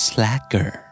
Slacker